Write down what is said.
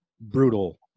brutal